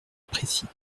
précis